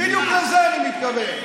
אני,